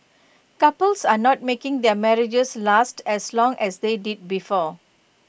couples are not making their marriages last as long as they did before